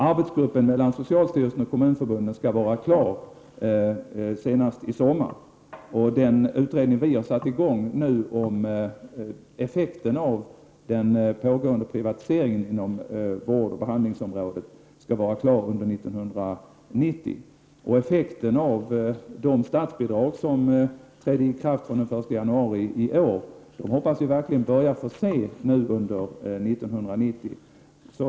Arbetsgruppen med socialstyrelsen och kommunförbundet skall vara klar senast i sommar, och den utredning som vi har satt i gång om effekten av den pågående privatiseringen inom vårdoch behandlingsområdet skall vara klar under 1990. Jag hoppas att vi under 1990 skall få se effekten av de statsbidrag som trädde i kraft den 1 januari i år.